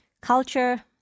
culture